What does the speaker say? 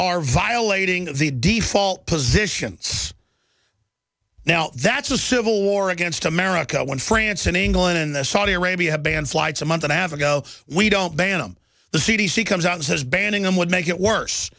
are violating the default positions now that's a civil war against america when france and england in saudi arabia have banned flights a month and a half ago we don't ban them the c d c comes out and says banning them would make it worse